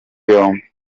yombi